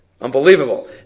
Unbelievable